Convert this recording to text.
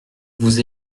vous